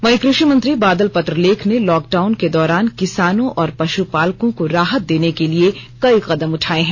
वहीं कृषि मंत्री बादल पत्रलेख ने लॉक डाउन के दौरान किसानों और पश्पालकों को राहत देने के लिए कई कदम उठाए गए हैं